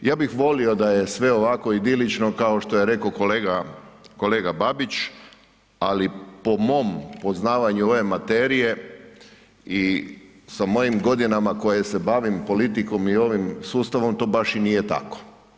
Ja bih volio da je sve ovako idilično kao što je rekao kolega Babić, ali po mom poznavanju ove materije i sa mojim godinama koje se bavim politikom i ovim sustavom to baš i nije tako.